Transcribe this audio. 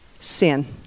Sin